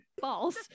false